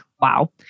wow